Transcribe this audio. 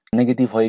negative